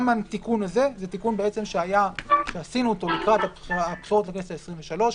גם התיקון הזה זה תיקון שעשינו אותו לקראת הבחירות לכנסת העשרים-ושלוש,